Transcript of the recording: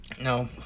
No